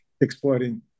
exploiting